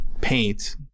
paint